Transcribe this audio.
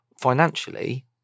financially